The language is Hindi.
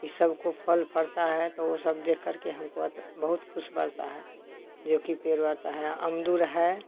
इन सबको फल फलता है तो वह सब देख कर के हमको बहुत खुश पड़ता है जो कि पेड़ बढ़ता है जो कि अमदुर है